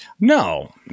No